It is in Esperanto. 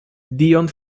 dion